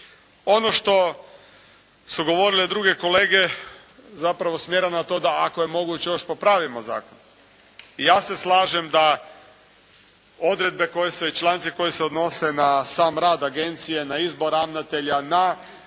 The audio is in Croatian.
Ono što su govorili drugi kolege zapravo usmjereno je na to da ako je moguće još popravimo Zakon. I ja se slažem da članci koji se odnosi na sam rad agencije, na izbor ravnatelja, na